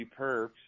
Perps